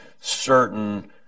certain